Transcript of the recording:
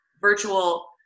virtual